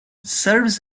serves